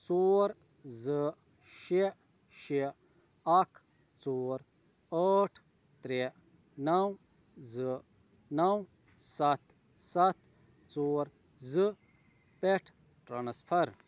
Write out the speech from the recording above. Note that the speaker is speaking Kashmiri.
ژور زٕ شےٚ شےٚ اَکھ ژور ٲٹھ ترٛےٚ نَو زٕ نَو سَتھ سَتھ ژور زٕ پٮ۪ٹھ ٹرٛانسفَر